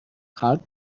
called